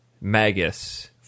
Magus